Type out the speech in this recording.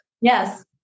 yes